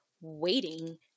waiting